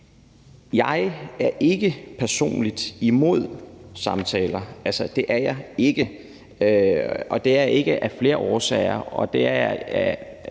Jeg er personligt ikke imod samtaler, det er jeg ikke, og der er der flere årsager